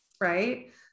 right